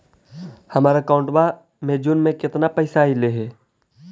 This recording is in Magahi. हमर अकाउँटवा मे जून में केतना पैसा अईले हे?